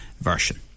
version